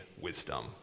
wisdom